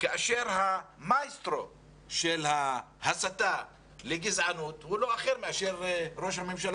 כאשר המאסטרו של ההסתה לגזענות הוא לא אחר מאשר ראש הממשלה